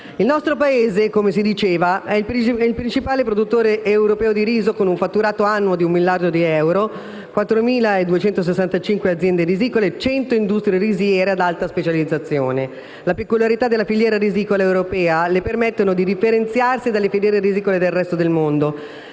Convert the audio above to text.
Il nostro Paese - come si è detto - è il principale produttore europeo di riso, con un fatturato annuo di un miliardo di euro, 4.265 aziende risicole, 100 industrie risiere ad alta specializzazione. Le peculiarità della filiera risicola europea le permettono di differenziarsi da quelle del resto del mondo.